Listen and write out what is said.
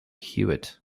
hewitt